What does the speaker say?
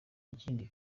ikindi